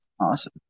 Awesome